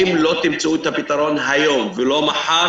אם לא תמצאו את הפתרון היום ולא מחר